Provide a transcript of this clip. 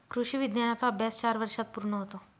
कृषी विज्ञानाचा अभ्यास चार वर्षांत पूर्ण होतो